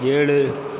ஏழு